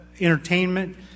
entertainment